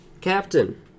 Captain